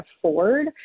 afford